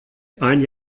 ein